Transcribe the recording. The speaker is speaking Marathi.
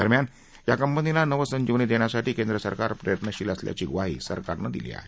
दरम्यान या कंपनीला नवसंजीवनी देण्यासाठी केंद्रसरकार प्रयत्नशील असल्याची ग्वाही सरकारनं दिली आहे